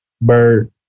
Bird